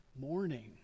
morning